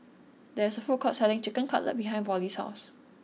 there is a food court selling Chicken Cutlet behind Vollie's house